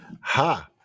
Ha